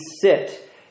sit